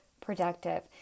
productive